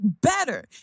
better